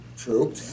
True